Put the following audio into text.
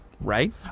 Right